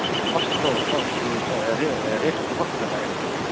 अच्छा कस्तो रेटहरू चाहिँ कस्तो छ